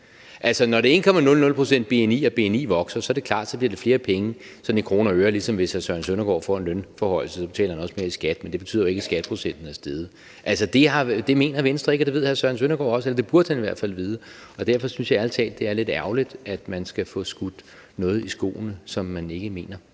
Når det er 1,00 pct., bni vokser, er det klart, at det bliver flere penge i kroner og øre, ligesom hr. Søren Søndergaard også betaler mere i skat, hvis han får en lønforhøjelse, men det betyder jo ikke, at skatteprocenten er steget. Altså, det mener Venstre ikke, og det ved hr. Søren Søndergaard også, eller det burde han i hvert fald vide, og derfor synes jeg ærlig talt, det er lidt ærgerligt, at man skal få skudt noget i skoene, som man ikke mener.